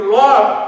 love